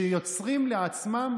שיוצרים לעצמם,